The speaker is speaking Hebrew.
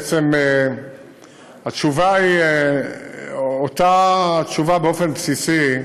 בעצם, התשובה היא אותה תשובה באופן בסיסי,